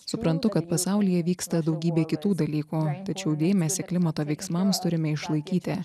suprantu kad pasaulyje vyksta daugybė kitų dalykų tačiau dėmesį klimato veiksmams turime išlaikyti